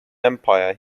empire